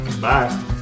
Bye